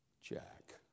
Jack